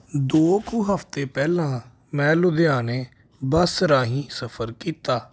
ਦੋ ਕੁ ਹਫ਼ਤੇ ਪਹਿਲਾਂ ਮੈਂ ਲੁਧਿਆਣੇ ਬੱਸ ਰਾਹੀਂ ਸਫ਼ਰ ਕੀਤਾ